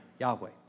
Yahweh